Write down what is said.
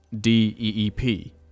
D-E-E-P